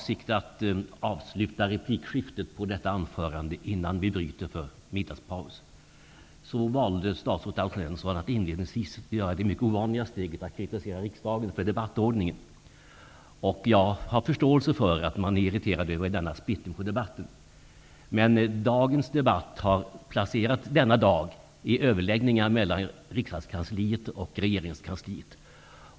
Statsrådet Alf Svensson valde att inledningsvis kritisera riksdagen för debattordningen, vilket är mycket ovanligt. Jag har förståelse för att statsrådet är irriterad över denna splittring av debatten. Men dagens debatt har bestämts i överläggningar mellan riksdagskansliet och regeringskansliet.